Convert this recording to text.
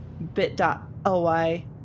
bit.ly